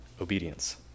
obedience